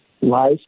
life